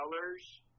colors